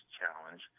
challenge